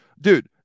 Dude